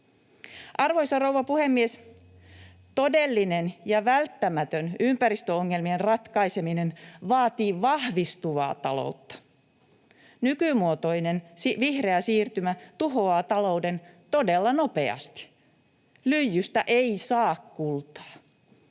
Arvoisa rouva puhemies! Todellinen ja välttämätön ympäristöongelmien ratkaiseminen vaatii vahvistuvaa taloutta. Nykymuotoinen vihreä siirtymä tuhoaa talouden todella nopeasti. Lyijystä ei saa kultaa.